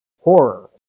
horror